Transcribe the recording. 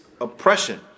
oppression